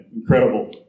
incredible